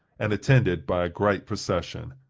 and attended by a great procession.